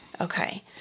Okay